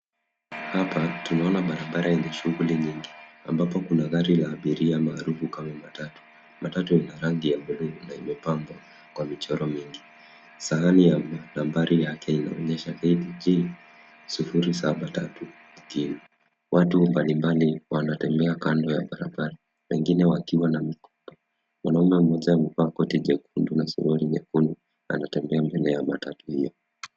Hapa tunaona barabara lenye shughuli nyingi, ambapo kuna gari la abiria maarufu kama matatu. Matatu ni ya rangi ya blue na imepambwa kwa michoro mingi. Sahani ya nambari yake inaonyesha KDJ 073Q. Watu mbali mbali wanatembea kando ya barabara, wengine wakiwa na mikoba. Mwanaume mmoja amevaa koti jekundu na suruali nyekundu, anatembea mbele ya matatu hio.